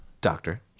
Doctor